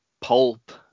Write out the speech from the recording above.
pulp